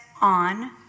on